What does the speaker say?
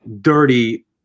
dirty